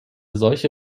solche